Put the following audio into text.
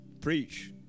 preach